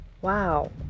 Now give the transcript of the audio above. Wow